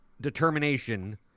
determination